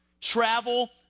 travel